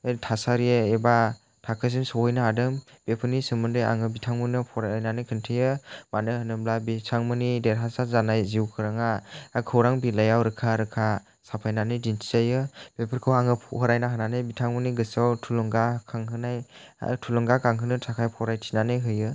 थासारि एबा थाखोसिम सहैनो हादों बेफोरनि सोमोन्दै आङो बिथांमोननो फरायनानै खिन्थायो मानो होनोब्ला बिथांमोननि देरहासार जानाय जिउखौराङा खौरां बिलाइयाव रोखा रोखा साफायनानै दिन्थिजायो बेफोरखौ आङो फरायना होनानै बिथांमोननि गोसोआव थुलुंगाखांहोनो थाखाय फरायथिनानै होयो